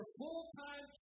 full-time